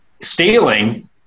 stealing